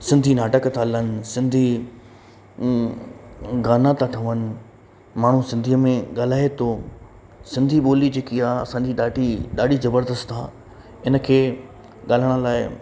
सिंधी नाटक था हलनि सिंधी गाना था ठहनि माण्हू सिंधीअ में ॻाल्हाए थो सिंधी ॿोली जेकी आहे असांजी ॾाढी ॾाढी ज़बरदस्त आहे इनखे ॻाल्हाइण लाइ